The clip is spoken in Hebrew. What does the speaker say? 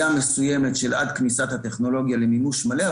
מסוימת עד לכניסה של הטכנולוגיה למימוש מלא,